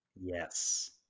Yes